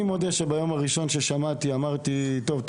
אני מודה שביום הראשון ששמעתי על התוכנית אמרתי "..טוב,